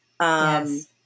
Yes